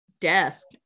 desk